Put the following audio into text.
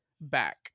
back